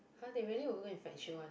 !huh! they really over go and fetch you [one] ah